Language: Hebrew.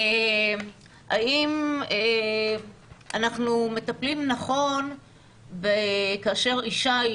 האם אנחנו מטפלים נכון כאשר אישה היא